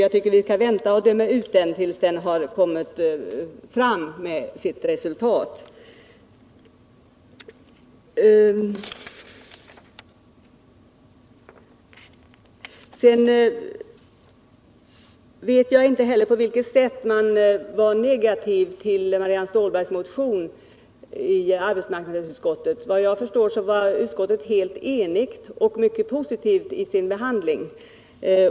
Jag tycker att vi skall vänta tills den lagt fram sitt resultat innan vi förklarar oss beredda att döma ut den. Jag vet vidare inte på vilket sätt arbetsmarknadsutskottet var negativt till Marianne Stålbergs motion. Såvitt jag förstår var utskottet helt enigt och mycket positivt i sin behandling.